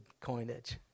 coinage